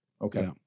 okay